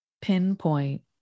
pinpoint